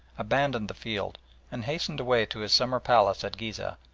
abandoned the field and hastened away to his summer palace at ghizeh,